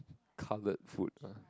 cutlet food lah